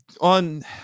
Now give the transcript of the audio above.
On